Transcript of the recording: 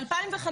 ב-2015,